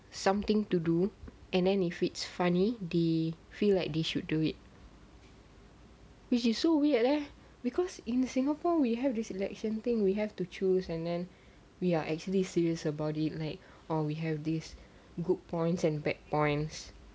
something to do and then if it's funny they feel like they should do it which is so weird because in singapore we have this election thing we have to choose and then we are actually serious about it like or we have this good points and bad points